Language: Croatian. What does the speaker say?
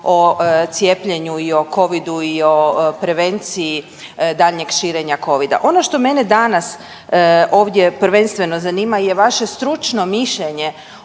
o cijepljenju i o covidu i o prevenciji daljnjeg širenja covida. Ono što mene danas ovdje prvenstveno zanima je vaše stručno mišljenje